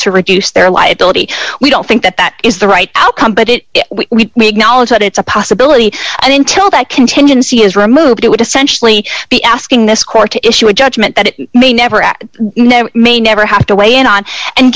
to reduce their liability we don't think that that is the right outcome but it we make knowledge that it's a possibility and until that contingency is removed it would essentially be asking this court to issue a judgment that it may never act may never have to weigh in on and